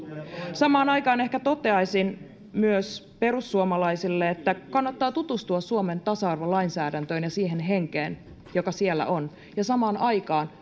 samaan aikaan ehkä toteaisin myös perussuomalaisille että kannattaa tutustua suomen tasa arvolainsäädäntöön ja siihen henkeen joka siellä on ja samaan aikaan